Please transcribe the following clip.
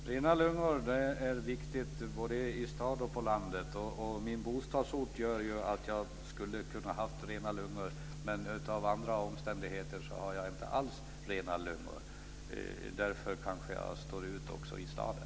Fru talman! Det är viktigt med gröna lungor både i stad och på landet. Med tanke på min bostadsort skulle jag ha kunnat ha rena lungor, men av olika omständigheter har jag inte alls fått rena lungor. Därför får jag stå ut också i staden.